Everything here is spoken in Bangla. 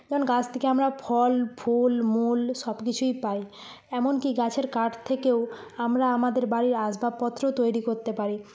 যেমন গাছ থেকে আমরা ফল ফুল মূল সবকিছুই পাই এমনকি গাছের কাঠ থেকেও আমরা আমাদের বাড়ির আসবাবপত্র তৈরি করতে পারি